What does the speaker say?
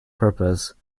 purpose